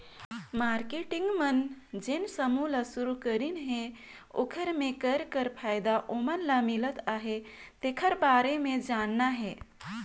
marketing मन जेन समूह ल सुरूकरीन हे ओखर मे कर का फायदा ओमन ल मिलत अहे तेखर बारे मे जानना हे